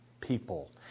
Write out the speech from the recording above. people